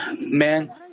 man